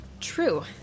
True